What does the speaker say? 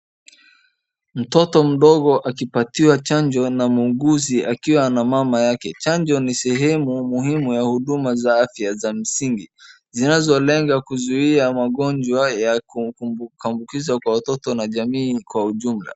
Mtoto mdogo akipatiwa chanjo na muuguzi akiwa na mama yake. Chanjo ni sehemu muhimu ya huduma za afya za msingi zinalenga kuzuia magonjwa ya kuambikizwa kwa watoto na jamii na kwa hujumla.